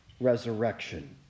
resurrection